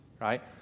right